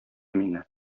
мине